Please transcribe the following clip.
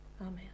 amen